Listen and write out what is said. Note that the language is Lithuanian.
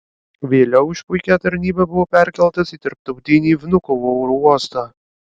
vėliau už puikią tarnybą buvo perkeltas į tarptautinį vnukovo oro uostą